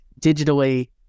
digitally